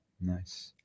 Nice